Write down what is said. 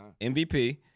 MVP